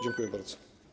Dziękuję bardzo.